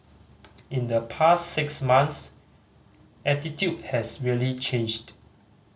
in the past six months attitude has really changed